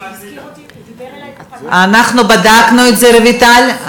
הזכיר אותי ודיבר אלי, אנחנו בדקנו את זה, רויטל.